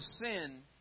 sin